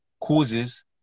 causes